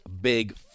big